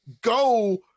go